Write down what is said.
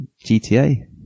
GTA